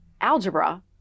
algebra